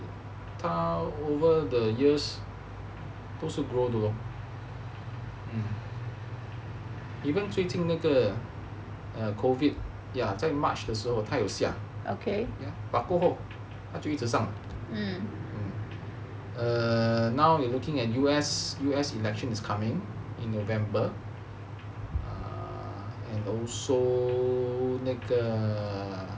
他 over the years 都是 grow 的 lor even 最近那个 err COVID ya 在 march 的时候他有下 but 过后他就一直上 err now looking at U_S U_S elections coming in november err and also 那个